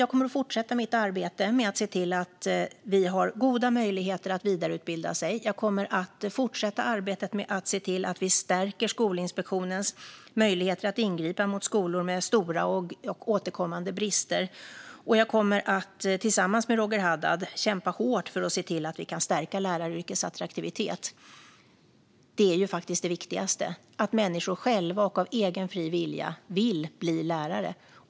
Jag kommer att fortsätta mitt arbete med att se till att man har goda möjligheter att vidareutbilda sig. Jag kommer också att fortsätta arbetet med att se till att vi stärker Skolinspektionens möjligheter att ingripa mot skolor med stora och återkommande brister. Tillsammans med Roger Haddad kommer jag att kämpa hårt för att se till att vi kan stärka läraryrkets attraktivitet. Det är faktiskt det viktigaste: att människor själva av egen fri vilja vill bli lärare.